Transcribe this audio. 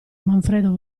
manfredo